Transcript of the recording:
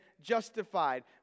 justified